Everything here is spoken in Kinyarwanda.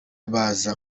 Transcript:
baza